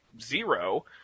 zero